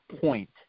point